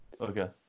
Okay